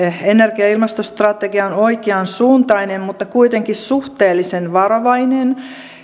energia ja ilmastostrategia on oikeansuuntainen mutta kuitenkin suhteellisen varovainen